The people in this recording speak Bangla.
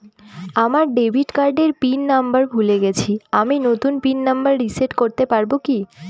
আমার ডেবিট কার্ডের পিন নম্বর ভুলে গেছি আমি নূতন পিন নম্বর রিসেট করতে পারবো কি?